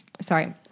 sorry